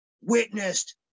witnessed